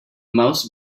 mouse